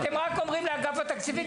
אתם רק אומרים לאגף התקציבים,